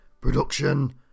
production